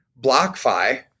BlockFi –